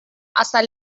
hasta